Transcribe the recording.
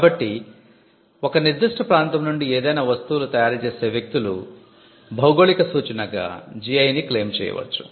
కాబట్టి ఒక నిర్దిష్ట ప్రాంతం నుండి ఏదైనా వస్తువులు తయారు చేసే వ్యక్తులు భౌగోళిక సూచనగా GI ని క్లెయిమ్ చేయవచ్చు